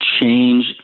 change